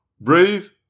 brave